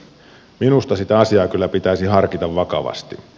minusta sitä asiaa kyllä pitäisi harkita vakavasti